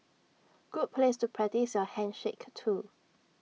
good place to practise your handshake too